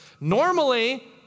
Normally